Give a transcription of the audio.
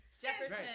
Jefferson